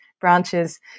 branches